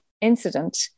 incident